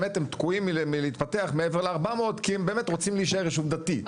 באמת הם תקועים מלהתפתח מעבר ל-400 כי הם באמת רוצים להישאר ישוב דתי.